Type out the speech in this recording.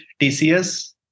TCS